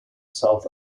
south